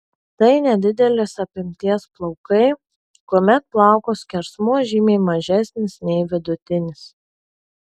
tai nedidelės apimties plaukai kuomet plauko skersmuo žymiai mažesnis nei vidutinis